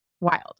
wild